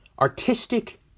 artistic